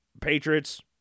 Patriots